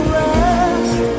rest